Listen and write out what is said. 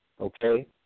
okay